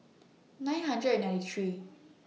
nine hundred and ninety three